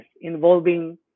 involving